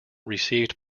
received